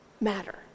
matter